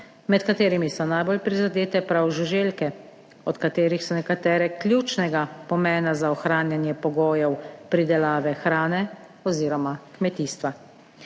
med katerimi so najbolj prizadete prav žuželke, od katerih so nekatere ključnega pomena za ohranjanje pogojev pridelave hrane oziroma kmetijstva.